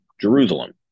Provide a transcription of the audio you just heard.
Jerusalem